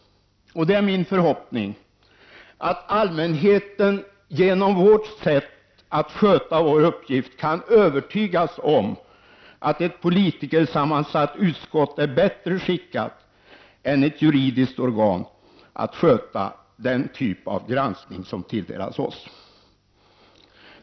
Det är min förhoppning att allmänheten genom vårt sätt att sköta vår uppgift kan övertygas om att ett politikersammansatt utskott är bättre skickat än ett juridiskt organ att sköta den typ av granskning som har tilldelats oss.